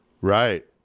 right